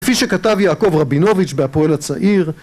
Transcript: כפי שכתב יעקב רבינוביץ' בהפועל הצעיר